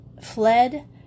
fled